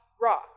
raw